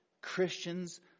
Christians